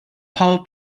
power